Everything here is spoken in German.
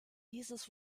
dieses